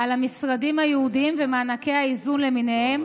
על המשרדים הייעודיים ומענקי האיזון למיניהם.